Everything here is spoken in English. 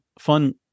fun